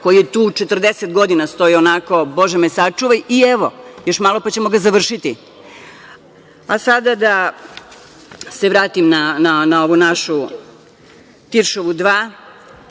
koji je tu 40 godina stojao onako, Bože me sačuvaj, evo, još malo pa ćemo ga završiti. Sada da se vratim na ovu našu „Tiršovu 2“.